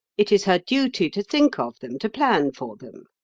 it is her duty to think of them, to plan for them.